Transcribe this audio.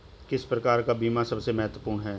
किस प्रकार का बीमा सबसे महत्वपूर्ण है?